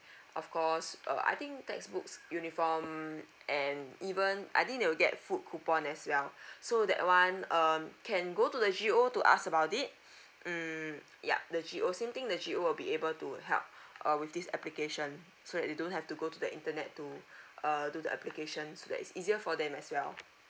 of course err I think textbooks uniform and even I think they will get food coupon as well so that one um can go to the G_O to ask about it mm yup the G_O same thing the G_O will be able to help uh with this application so like they don't have to go to the internet to uh do the application so that it's easier for them as well